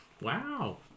Wow